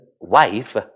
wife